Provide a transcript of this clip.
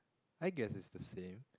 I guess is the same